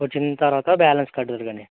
వచ్చిన తర్వాత బ్యాలెన్స్ కట్టుదురు కానీ